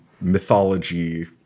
mythology